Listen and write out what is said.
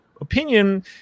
opinion